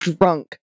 drunk